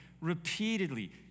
Repeatedly